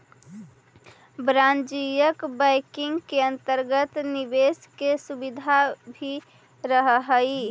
वाणिज्यिक बैंकिंग के अंतर्गत निवेश के सुविधा भी रहऽ हइ